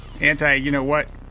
anti-you-know-what